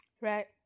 Right